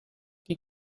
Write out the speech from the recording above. die